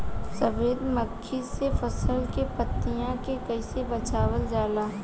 सफेद मक्खी से फसल के पतिया के कइसे बचावल जाला?